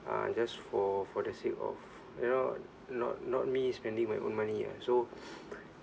and just for for the sake of you know not not me spending my own money ah so